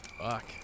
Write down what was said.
fuck